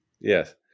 Yes